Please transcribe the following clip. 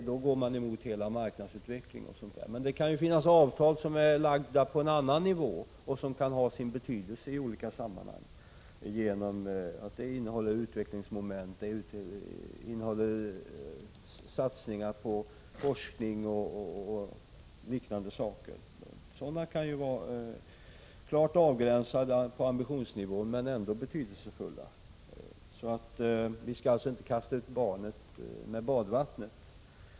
Då går man emot hela marknadsutvecklingen osv. Men det kan ju finnas avtal på en annan nivå som kan ha betydelse i olika sammanhang därför att de innehåller utvecklingsmoment, satsningar på forskning o. d. Sådana avtal kan vara klart avgränsade i fråga om ambitionsnivån men ändå betydelsefulla. Vi skall alltså inte kasta ut barnet med badvattnet!